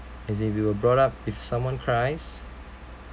as in we were brought up if someone cries